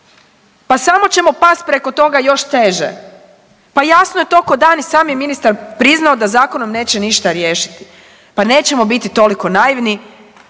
Pa samo ćemo pasti preko toga još teže. Pa jasno je to ko dan i sam je ministar priznao da zakonom neće ništa riješiti. Pa nećemo biti toliko naivni